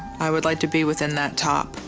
i would like to be within that top,